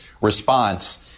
response